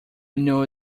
know